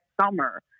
summer